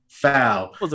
foul